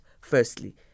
firstly